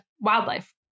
wildlife